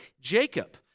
Jacob